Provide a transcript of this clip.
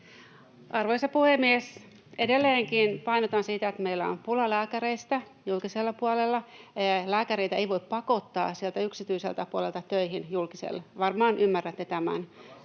Arvoisa puhemies! Edelleenkin painotan siitä, että meillä on pula lääkäreistä julkisella puolella. Lääkäreitä ei voi pakottaa sieltä yksityiseltä puolelta töihin julkiselle, [Ben Zyskowicz: Kyllä